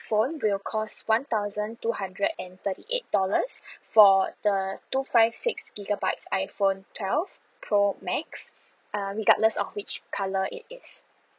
phone will cost one thousand two hundred and thirty eight dollars for the two five six gigabytes iphone twelve pro max err regardless of which colour it is